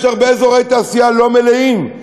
יש הרבה אזורי תעשייה לא מלאים.